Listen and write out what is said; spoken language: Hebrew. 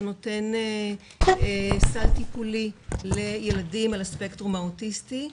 שנותן סל טיפולי לילדים על הספקטרום האוטיסטי.